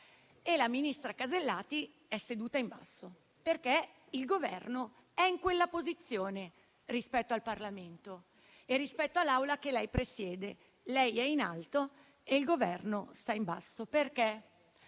e la ministra Casellati è seduta in basso. Perché il Governo è in quella posizione, rispetto al Parlamento e rispetto all'Aula che lei presiede. Lei è in alto e il Governo sta in basso. Perché?